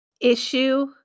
issue